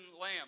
Lamb